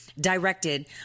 directed